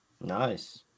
Nice